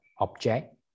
object